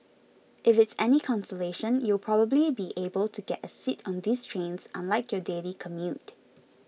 if it's any consolation you'll probably be able to get a seat on these trains unlike your daily commute